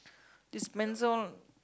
this Spencer all